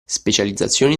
specializzazioni